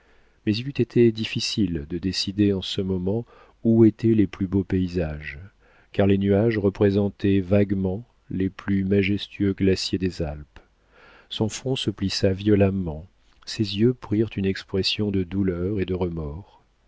mais il eût été difficile de décider en ce moment où étaient les plus beaux paysages car les nuages représentaient vaguement les plus majestueux glaciers des alpes son front se plissa violemment ses yeux prirent une expression de douleur et de remords